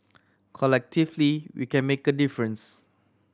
collectively we can make a difference